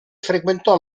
frequentò